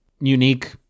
unique